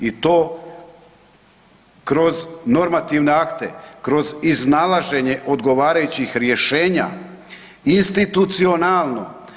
I to kroz normativne akte, kroz iznalaženje odgovarajućih rješenja institucionalno.